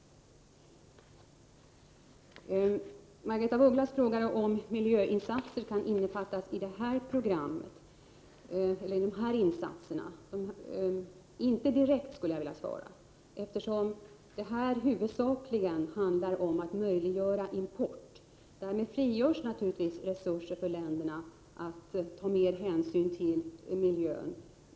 Margaretha af Ugglas frågade mig om miljöinsatser kan innefattas i det här programmet och genomföras med dessa insatser. På den frågan skulle jag vilja svara att det inte direkt är fallet. Det handlar här huvudsakligen om att möjliggöra import, och därmed frigörs naturligtvis resurser som gör det möjligt för länderna att ta mer hänsyn till miljön.